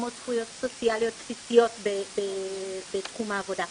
כמו זכויות סוציאליות בסיסיות בתחום העבודה,